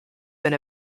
been